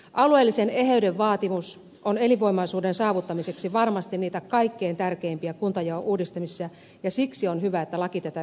alueellisen eheyden vaatimus on elinvoimaisuuden saavuttamiseksi varmasti niitä kaikkein tärkeimpiä asioita kuntajaon uudistamisessa ja siksi on hyvä että laki tätä vihdoin käsittelee